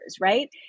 right